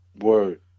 Word